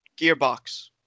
Gearbox